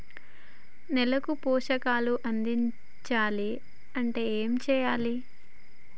నేలకు పోషకాలు అందించాలి అంటే ఏం చెయ్యాలి?